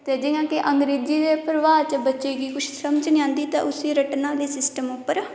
ते जि'यां कि अंग्रेजी दे प्रभाव च बच्चें गी किश समझ नेईं औंदी ते उसी रट्टना आह्ले सिस्टम उप्पर